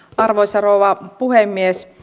arvoisa rouva puhemies